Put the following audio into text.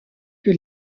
que